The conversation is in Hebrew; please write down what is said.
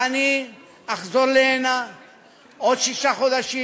אני אחזור לכאן עוד שישה חודשים,